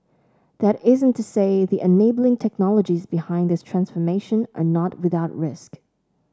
that isn't to say the enabling technologies behind this transformation are not without risk